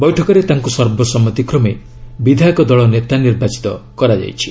ବୈଠକରେ ତାଙ୍କୁ ସର୍ବସମ୍ମତିକ୍ରମେ ବିଧାୟକ ଦଳ ନେତା ନିର୍ବାଚିତ କରାଯାଇଛି